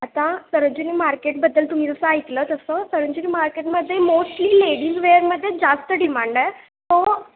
आता सरोजिनी मार्केटबद्दल तुम्ही जसं ऐकलं तसं सरोजिनी मार्केटमध्ये मोस्टली लेडीज वेअरमध्ये जास्त डिमांड आहे तो